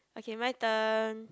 okay my turn